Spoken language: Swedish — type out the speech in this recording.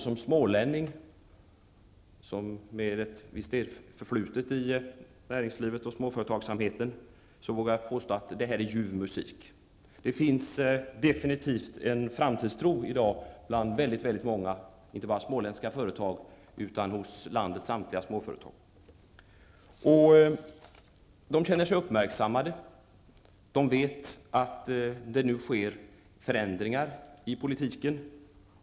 Som smålänning med ett visst förflutet i näringslivet och småföretagsamheten vågar jag påstå att detta är ljuv musik. Det finns i dag definitivt en framtidstro bland väldigt många, inte bara småländska företag utan hos landets samtliga småföretag. Småföretagarna känner sig uppmärksammade. De vet att det nu sker förändringar i politiken.